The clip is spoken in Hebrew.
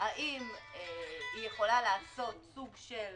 האם היא יכולה לעשות סוג של